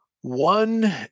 One